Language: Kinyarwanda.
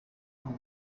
aho